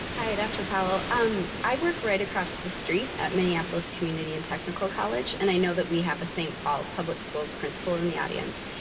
hi, dr. powell. um i work right across the street at minneapolis community and technical college, and i know that we have a st. paul public schools principal in the audience.